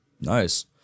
Nice